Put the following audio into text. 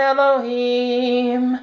Elohim